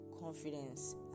confidence